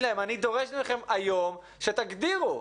להם: אני דורשת מכם היום שתגדירו.